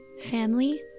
family